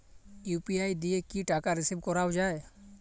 UPI দিয়ে কি টাকা রিসিভ করাও য়ায়?